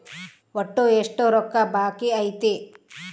ಒಟ್ಟು ಎಷ್ಟು ರೊಕ್ಕ ಬಾಕಿ ಐತಿ?